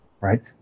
right